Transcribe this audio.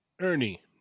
Ernie